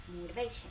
motivation